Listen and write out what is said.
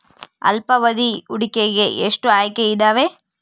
ಅಲ್ಪಾವಧಿ ಹೂಡಿಕೆಗೆ ಎಷ್ಟು ಆಯ್ಕೆ ಇದಾವೇ?